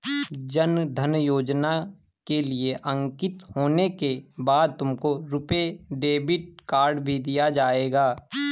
जन धन योजना के लिए अंकित होने के बाद तुमको रुपे डेबिट कार्ड भी दिया जाएगा